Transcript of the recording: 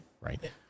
Right